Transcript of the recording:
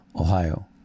Ohio